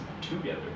together